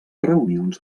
reunions